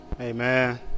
Amen